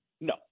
No